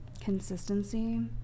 consistency